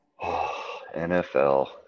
NFL